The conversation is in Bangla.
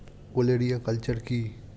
ওলেরিয়া কালচার কি?